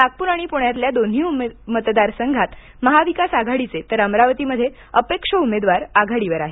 नागपूर आणि पुण्यातल्या दोन्ही मतदार संघात महाविकास आघाडीचे तर अमरावतीमध्ये अपक्ष उमेदवार आघाडीवर आहेत